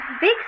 Big